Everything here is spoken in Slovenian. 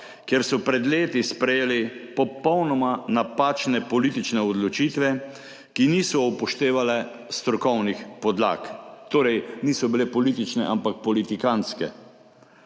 kjer so pred leti sprejeli popolnoma napačne politične odločitve, ki niso upoštevale strokovnih podlag, torej niso bile politične, ampak politikantske.